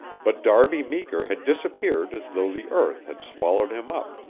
but darby meeker had disappeared as though the earth had swallowed him up.